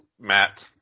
Matt